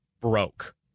broke